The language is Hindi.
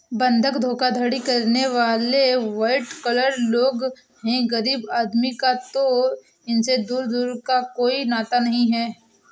बंधक धोखाधड़ी करने वाले वाइट कॉलर लोग हैं गरीब आदमी का तो इनसे दूर दूर का कोई नाता नहीं है